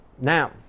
Now